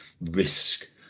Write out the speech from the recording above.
risk